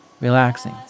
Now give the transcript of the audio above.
relaxing